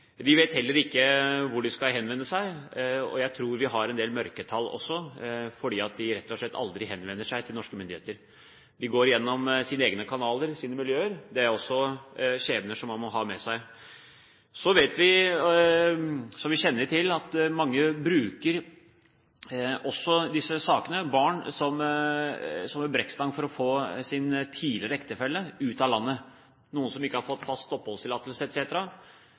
De vet heller ikke hvor de skal henvende seg. Jeg tror vi har en del mørketall også, fordi de aldri henvender seg til norske myndigheter. De går gjennom sine egne kanaler, sine miljøer. Det er også skjebner som man må ha med seg. Så kjenner vi til at mange også bruker disse sakene om barn som en brekkstang for å få sin tidligere ektefelle ut av landet, f.eks. den som ikke har fått fast oppholdstillatelse.